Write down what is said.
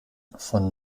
von